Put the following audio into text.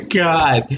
god